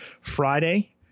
Friday